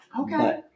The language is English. Okay